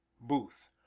booth